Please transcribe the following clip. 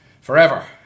forever